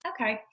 Okay